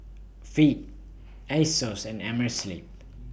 Veet Asos and Amerisleep